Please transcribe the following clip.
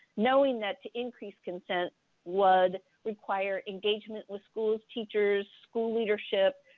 knowing that to increase consent would require engagement with schools, teachers, school leadership,